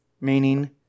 meaning